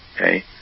okay